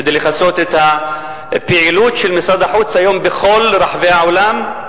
כדי לכסות את הפעילות של משרד החוץ היום בכל רחבי העולם,